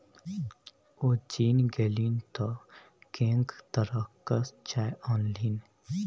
ओ चीन गेलनि तँ कैंक तरहक चाय अनलनि